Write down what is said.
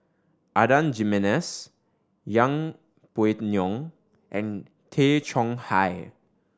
Adan Jimenez Yeng Pway Ngon and Tay Chong Hai